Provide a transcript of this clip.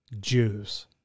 Jews